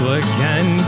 again